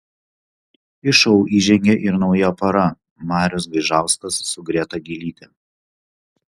į šou įžengė ir nauja pora marius gaižauskas su greta gylyte